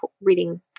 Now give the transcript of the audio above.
reading